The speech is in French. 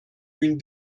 une